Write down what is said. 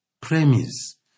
premise